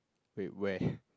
wait where